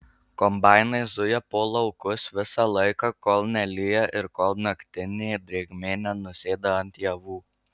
kombainai zuja po laukus visą laiką kol nelyja ir kol naktinė drėgmė nenusėda ant javų